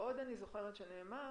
עוד אני זוכרת שנאמר